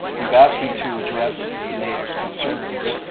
you've asked me to address the neighbors' concerns.